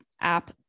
app